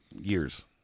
years